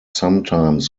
sometimes